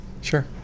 Sure